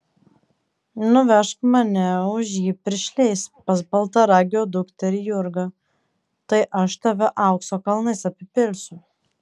nuvežk mane už jį piršliais pas baltaragio dukterį jurgą tai aš tave aukso kalnais apipilsiu